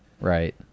right